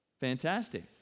Fantastic